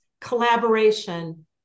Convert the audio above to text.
Collaboration